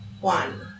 one